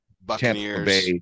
Buccaneers